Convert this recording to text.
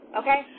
okay